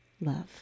love